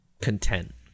content